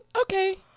okay